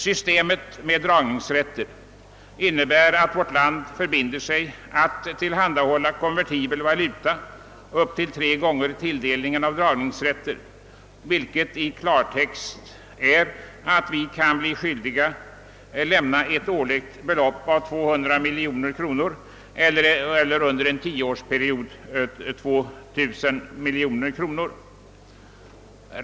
Systemet med dragningsrätter innebär att vårt land förbinder sig att tillhandahålla konvertibel valuta upp till tre gånger tilldelningen av dragnings rätter, vilket i klartext innebär att vi kan bli skyldiga att lämna ett årligt belopp av 200 miljoner kronor eller under en tioårsperiod 2 000 miljoner kronor.